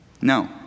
No